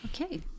Okay